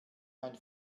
mein